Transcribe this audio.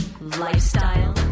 lifestyle